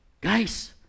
Guys